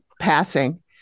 passing